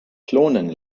klonen